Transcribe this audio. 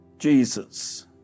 Jesus